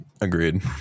agreed